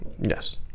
yes